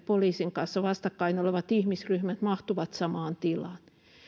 poliisin kanssa vastakkain olevat ihmisryhmät mahtuvat samaan tilaan